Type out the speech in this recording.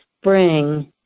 spring